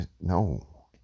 No